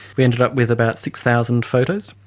we ended up with about six thousand photos,